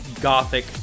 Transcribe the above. gothic